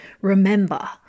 Remember